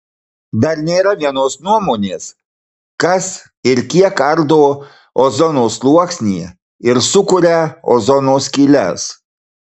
dar nėra vienos nuomonės kas ir kiek ardo ozono sluoksnį ir sukuria ozono skyles